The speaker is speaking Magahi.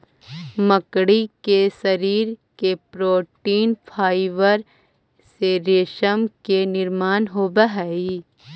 मकड़ी के शरीर के प्रोटीन फाइवर से रेशम के निर्माण होवऽ हई